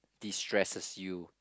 destresses you